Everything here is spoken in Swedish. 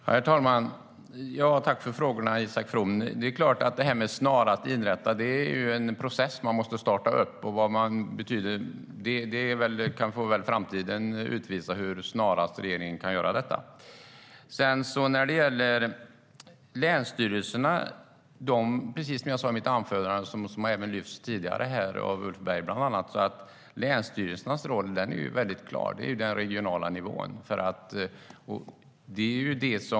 Herr talman! Tack för frågorna, Isak From! Detta att man snarast ska inrätta myndigheten är en process man måste starta upp. Hur snabbt regeringen kan göra detta får väl framtiden utvisa. Låt mig återkomma till detta med länsstyrelserna, som jag tog upp i mitt anförande och som även bland andra Ulf Berg tagit upp här. Länsstyrelsernas roll är väldigt klar. Det är den regionala nivån.